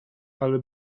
ale